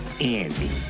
Andy